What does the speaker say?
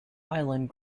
island